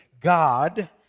God